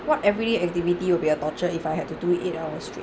what everyday activity would be a torture if I had to do it eight hours straight